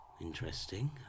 interesting